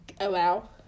allow